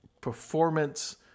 performance